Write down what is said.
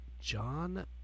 John